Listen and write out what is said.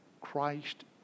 Christ